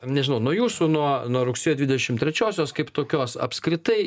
nežinau nuo jūsų nuo nuo rugsėjo dvidešim trečiosios kaip tokios apskritai